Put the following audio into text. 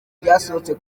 byasohotse